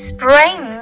Spring